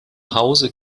hause